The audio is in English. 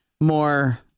more